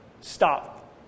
stop